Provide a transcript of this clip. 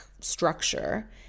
structure